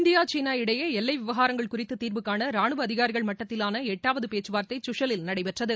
India சீனா இடையே எல்லை விவகாரங்கள் குறித்து தீர்வு காண ரானுவ அதிகாரிகள் மட்டத்திலான எட்டாவது பேச்சுவார்த்தை சுஷலில் நடைபெற்றது